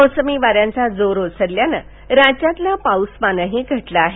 मोसमी वाऱ्यांचा जोर ओसरल्यानं राज्यातलं पाऊसमानही घटलं आहे